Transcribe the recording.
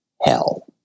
hell